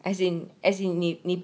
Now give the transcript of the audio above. as in as in 你你